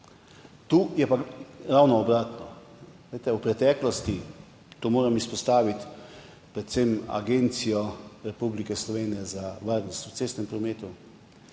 Tu je pa ravno obratno. V preteklosti moram tu izpostaviti predvsem agencijo Republike Slovenije za varnost v cestnem prometu,